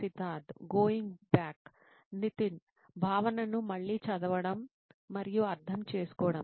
Siddharth going back Nitin భావనను మళ్ళీ చదవడం మరియు అర్థం చేసుకోవడం